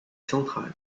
centrale